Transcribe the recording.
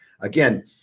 Again